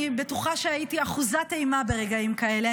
אני בטוחה שהייתי אחוזת אימה ברגעים כאלה,